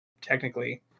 technically